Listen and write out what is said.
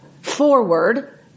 forward